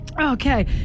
Okay